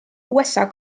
usa